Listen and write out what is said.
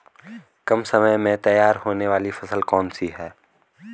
कम समय में तैयार होने वाली फसल कौन सी है?